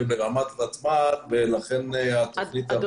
ברמת ותמ"ל ולכן התוכנית עברה ---.